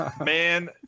Man